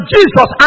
Jesus